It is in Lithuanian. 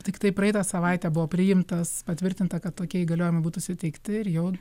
tiktai praeitą savaitę buvo priimtas patvirtinta kad tokie įgaliojimai būtų suteikti ir jau